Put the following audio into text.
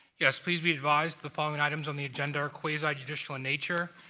yes. please be advised the following items on the agenda are quasi-judicial in nature.